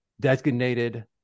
designated